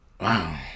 Wow